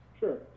Sure